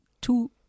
two